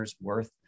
worth